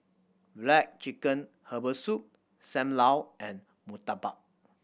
black chicken herbal soup Sam Lau and murtabak